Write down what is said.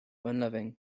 unloving